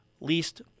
least